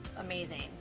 Amazing